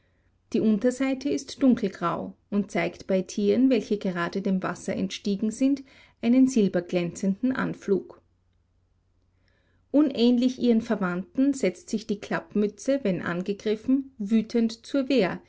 die unterseite ist dunkelgrau und zeigt bei tieren welche gerade dem wasser entstiegen sind einen silberglänzenden anflug unähnlich ihren verwandten setzt sich die klappmütze wenn angegriffen wütend zur wehr